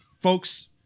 folks